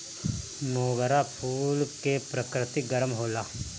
मोगरा फूल के प्रकृति गरम होला